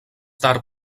tard